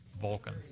Vulcan